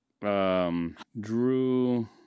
Drew